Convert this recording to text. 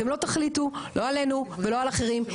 אתם לא תחליטו לא עלינו ולא על אחרים,